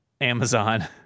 Amazon